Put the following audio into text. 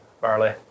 barley